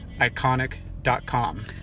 iconic.com